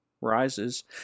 rises